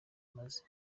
maze